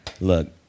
Look